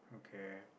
okay